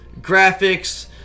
graphics